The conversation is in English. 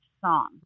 song